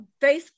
Facebook